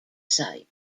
site